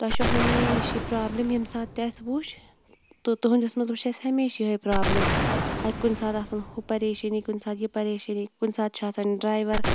تۄہہِ چھِ ہَمیشہ یہِ پرابلِم ییٚمہِ ساتہٕ تہِ اَسہِ وٕچھ تہٕ تُہِنٛدِس مَنٛز وٕچھ اَسہِ ہَمیشہ یِہے پرابلِم اَتہِ کُنہِ ساتہٕ آسان ہُہ پریشٲنی کُنہِ ساتہٕ یہِ پریشٲنی کُنہ ساتہٕ چھُ آسان ڈرایوَر